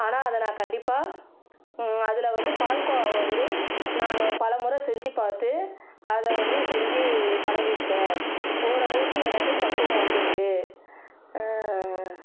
ஆனால் அதை நான் கண்டிப்பாக அதில் வந்து பால்கோவா வந்து நான் பலமுறை செஞ்சுப் பார்த்து அதை வந்து செஞ்சு பழகிருக்கேன் ஓரளவுக்கு எனக்கு பக்குவம் வந்திருக்கு